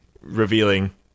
revealing